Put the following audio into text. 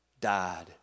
died